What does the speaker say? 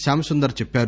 శ్యాంసుందర్ చెప్పారు